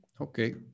okay